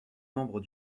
membre